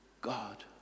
God